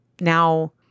now